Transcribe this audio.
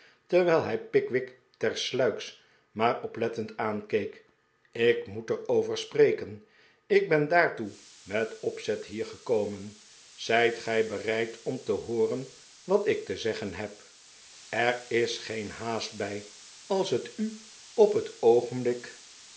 terwijl hij pickwick tersluiks maar oplettend aankeek ik moet er over spreken ik ben daartoe met opzet hier gekomen zijt gij bereid om te hooren wat ik te zeggen heb er is geen haast bij als het u op het oogenblik